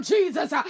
Jesus